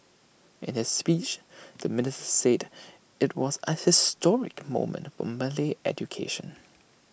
in his speech the minister said IT was A historic moment for Malay education